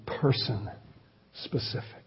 person-specific